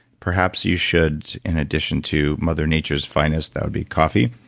perhaps you should in addition to mother nature's finest, that would be coffee,